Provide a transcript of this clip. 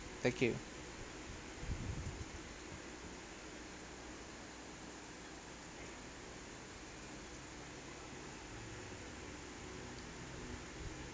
thank you